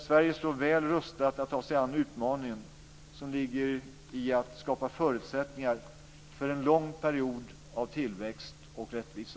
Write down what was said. Sverige står väl rustat att ta sig an den utmaning som ligger i att skapa förutsättningar för en lång period av tillväxt och rättvisa.